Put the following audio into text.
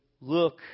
look